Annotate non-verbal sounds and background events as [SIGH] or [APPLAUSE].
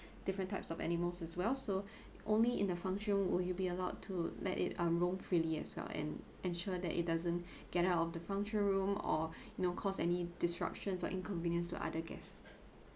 different types of animals as well so [BREATH] only in the function room would you be allowed to let it um roam freely as well and ensure that it doesn't [BREATH] get out of the function room or you know cause any disruption or inconvenience to other guests